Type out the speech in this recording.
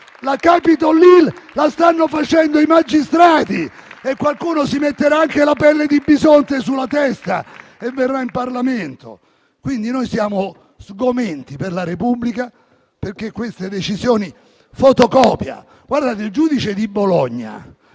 La Capitol Hill la stanno facendo i magistrati e qualcuno si metterà anche la pelle di bisonte sulla testa e verrà in Parlamento. Siamo sgomenti per la Repubblica a causa di queste decisioni fotocopia. Il giudice di Bologna,